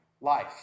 life